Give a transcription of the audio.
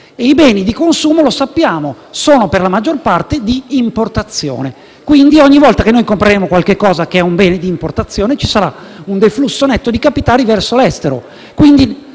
I beni di consumo, come sappiamo, sono per la maggior parte di importazione. Quindi, ogni volta che compreremo qualcosa che è un bene di importazione ci sarà un deflusso netto di capitali verso l'estero.